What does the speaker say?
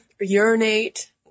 urinate